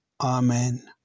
Amen